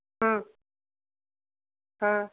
हम्म हाँ